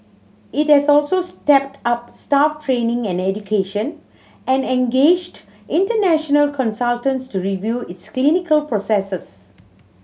it has also stepped up staff training and education and engaged international consultants to review its clinical processes